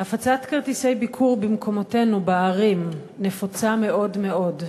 הפצת כרטיסי ביקור במקומותינו בערים נפוצה מאוד מאוד,